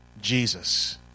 Jesus